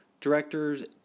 Directors